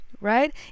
Right